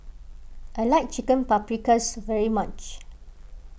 I like Chicken Paprikas very much